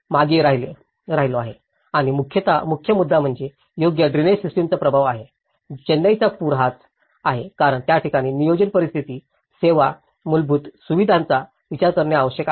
मागे राहिलो आहे आणि मुख्य मुद्दा म्हणजे योग्य ड्रेनेज सिस्टमचा अभाव आहे चेन्नईचा पूर हाच आहे कारण त्याठिकाणी नियोजन परिस्थिती सेवा मूलभूत सुविधांचा विचार करणे आवश्यक आहे